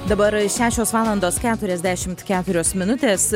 dabar šešios valandos keturiasdešimt keturios minutės